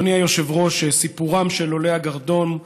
אדוני היושב-ראש, סיפורם של עולי הגרדום,